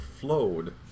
flowed